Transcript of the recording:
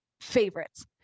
favorites